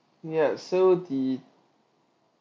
yeah so the